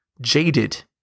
jaded